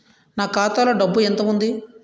నా ఖాతాలో డబ్బు ఎంత ఉంది?